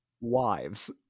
Wives